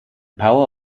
power